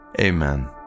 Amen